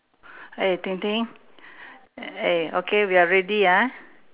eh Ting-Ting eh okay we are ready ah